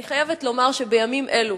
אני חייבת לומר שבימים אלו,